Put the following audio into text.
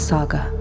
Saga